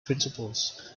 principles